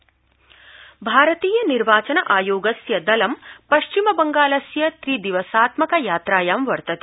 निर्वाचन आयोगदलम् भारतीय निर्वाचन आयोगस्य दलं पश्चिमबंगालस्य त्रिदिवसात्मक यात्रायां वर्तते